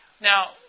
Now